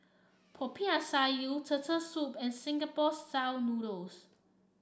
Popiah Sayur Turtle Soup and Singapore style noodles